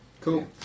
Cool